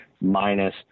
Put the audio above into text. minus